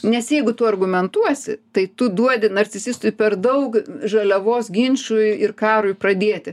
nes jeigu tu argumentuosi tai tu duodi narcisistui per daug žaliavos ginčui ir karui pradėti